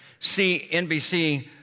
CNBC